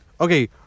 Okay